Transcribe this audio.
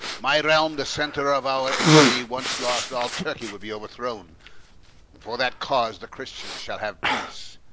my realm, the centre of our empery, once lost, all turkey would be overthrown and for that cause the christians shall have peace.